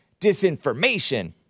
Disinformation